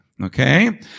okay